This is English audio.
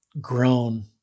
grown